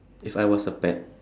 if I was a pet